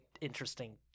interesting